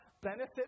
benefit